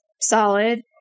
solid